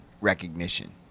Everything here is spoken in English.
Recognition